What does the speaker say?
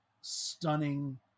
stunning